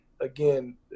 again